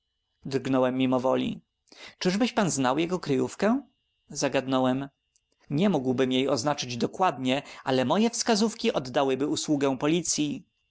drgnąłem mimowoli czyżbyś pan znał jego kryjówkę zagadnąłem nie mógłbym jej oznaczyć dokładnie ale moje wskazówki oddałyby usługę policyi